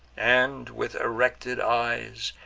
and, with erected eyes,